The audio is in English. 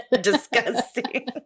disgusting